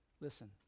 listen